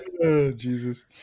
Jesus